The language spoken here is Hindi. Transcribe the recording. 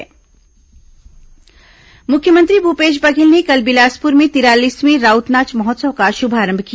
राउत नाच महोत्सव मुख्यमंत्री भूपेश बघेल ने कल बिलासपुर में तिरालीसवें राउत नाच महोत्सव का शुभारंभ किया